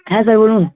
হ্যাঁ স্যার বলুন